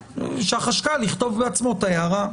שהחשכ"ל יכתוב בעצמו את ההערה.